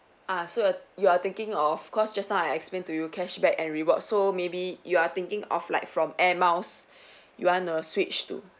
ah so yo~ you are thinking of course just now I explain to you cashback and rewards so maybe you are thinking of like from air miles you wanna switch to